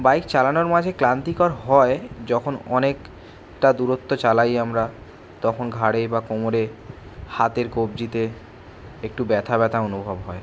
bike চালানোর মাঝে ক্লান্তিকর হয় যখন অনেক টা দূরত্ব চালাই আমরা তখন ঘাড়ে বা কোমরে হাতের কব্জিতে একটু ব্যথা ব্যথা অনুভব হয়